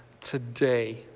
today